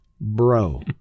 bro